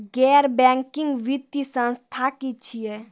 गैर बैंकिंग वित्तीय संस्था की छियै?